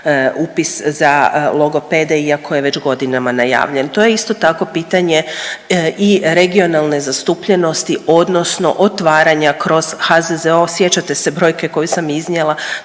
upis za logopede iako je već godinama najavljen, to je isto tako pitanje i regionalne zastupljenosti odnosno otvaranja kroz HZZO. Sjećate se brojke koju sam iznijela